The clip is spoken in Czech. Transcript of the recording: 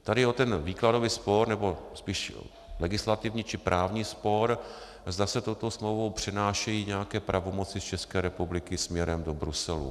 Tady jde o ten výkladový spor, nebo spíš legislativní či právní spor, zda se touto smlouvou přenášejí nějaké pravomoci z České republiky směrem do Bruselu.